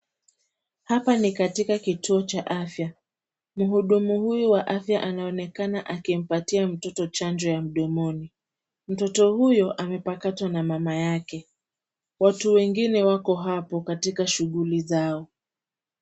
Hapa ni katika kituo cha afya. Mhudumu huyu wa afya anaonekana akimpatia mtoto chanjo ya mdomoni. Mtoto huyo amepakatwa na mama yake. Watu wengine wako hapo katika shughuli zao.